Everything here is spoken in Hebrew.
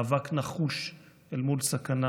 מאבק נחוש אל מול סכנה